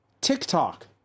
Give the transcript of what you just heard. TikTok